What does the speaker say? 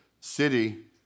city